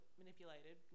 manipulated